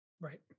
right